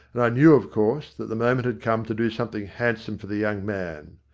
and i knew of course that the moment had come to do something handsome for the young man.